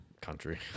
Country